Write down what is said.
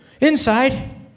Inside